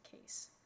case